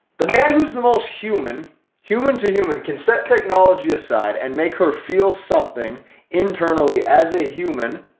the man who's the most human human to human can set technology aside and make her feel something internally as a human.